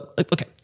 okay